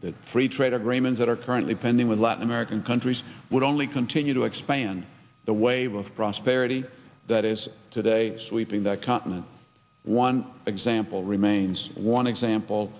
that free trade agreements that are currently pending with latin american countries would only continue to expand the wave of prosperity that is today sweeping the continent one example remains one example